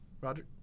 Roger